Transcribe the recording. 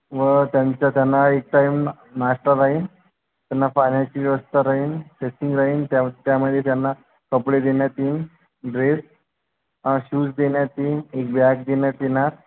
व त्यांचा त्यांना एक टाईम ना नाश्ता राहील त्यांना पाण्याची व्यवस्था राहील चेकिंग राहील त्या त्यामध्ये त्यांना कपडे देण्यात येईल ड्रेस शूज देण्यात येईल एक बॅग देण्यात येणार